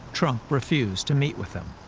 trump refused to meet with them.